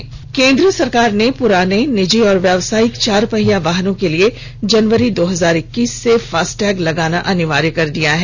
FASTag केन्द्र सरकार ने पुराने निजी और व्यवसायिक चार पहिया वाहनों के लिए जनवरी दो हजार इककीस से फास्टैग लगाना अनिवार्य कर दिया है